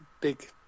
big